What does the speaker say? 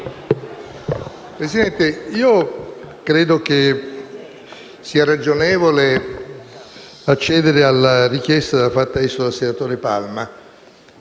Presidente, credo sia ragionevole accedere alla richiesta avanzata dal senatore Palma,